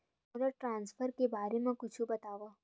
मोला ट्रान्सफर के बारे मा कुछु बतावव?